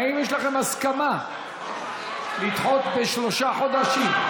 האם יש לכן הסכמה לדחות בשלושה חודשים?